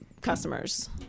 customers